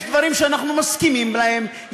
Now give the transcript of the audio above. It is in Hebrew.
יש דברים שאנחנו מסכימים להם,